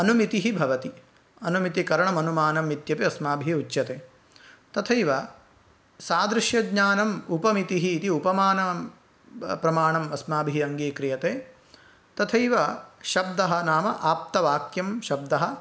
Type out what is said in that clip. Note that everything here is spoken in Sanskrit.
अनुमितिः भवति अनुमितिकरणम् अनुमानमित्यपि अस्माभिः उच्यते तथैव सादृश्यज्ञानम् उपमितिः इति उपमानप्रमाणम् अस्माभिः अङ्गीक्रियते तथैव शब्दः नाम आप्तवाक्यं शब्दः